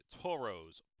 Toros